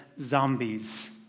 zombies